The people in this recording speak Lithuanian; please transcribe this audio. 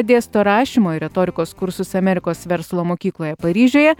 dėsto rašymo ir retorikos kursus amerikos verslo mokykloje paryžiuje